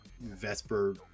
Vesper